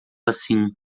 assim